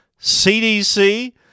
CDC